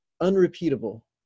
Unrepeatable